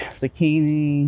zucchini